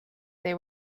they